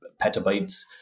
petabytes